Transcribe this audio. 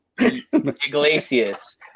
Iglesias